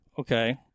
Okay